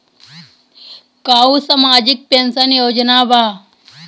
का उ सामाजिक पेंशन योजना बा?